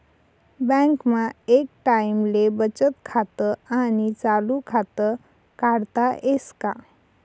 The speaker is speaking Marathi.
बँकमा एक टाईमले बचत खातं आणि चालू खातं काढता येस का?